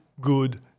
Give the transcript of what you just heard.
Good